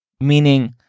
Meaning